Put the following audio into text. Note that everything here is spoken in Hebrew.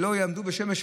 שלא יעמדו בשמש,